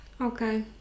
Okay